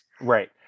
right